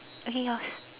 okay yours